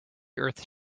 earth